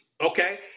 okay